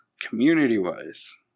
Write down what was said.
community-wise